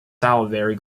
salivary